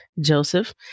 Joseph